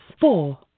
Four